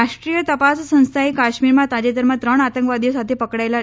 રાષ્ટ્રીય તપાસ સંસ્થાએ કાશ્મીરમાં તાજેતરમાં ત્રણ આતંકવાદીઓ સાથે પકડાયેલા